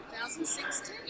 2016